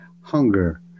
hunger